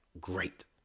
Great